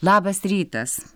labas rytas